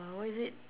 uh what is it